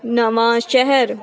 ਨਵਾਂ ਸ਼ਹਿਰ